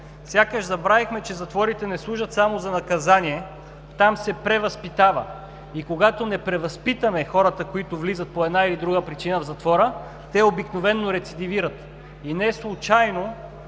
Сякаш забравихме, че затворите не служат само за наказание. Там се превъзпитава. И когато не превъзпитаме хората, които влизат по една или друга причина в затвора, те обикновено рецидивират. И не случайно